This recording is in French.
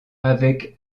avec